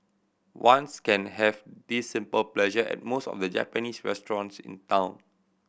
ones can have this simple pleasure at most of the Japanese restaurants in town